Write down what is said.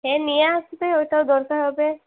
হ্যাঁ নিয়ে আসবে ওইটাও দরকার হবে